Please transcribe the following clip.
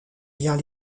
vient